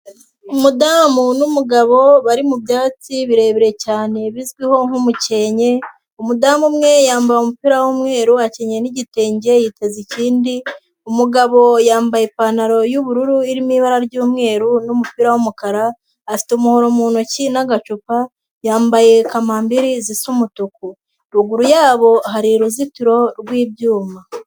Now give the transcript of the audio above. Umudamu n'umugabo bari mu byatsi birebire cyane bizwi ho nk'umukenke umudamu umwe yambaye umupira w'umweru akinnye n'igitenge yiteze ikindi umugabo yambaye ipantaro y'ubururu irimo ibara ry'umweru n'umupira w'umukara afite umuhoro mu ntoki n'agacupa yambaye kamambiri zisa umutuku ruguru yabo hari uruzitiro rw'ibyuma.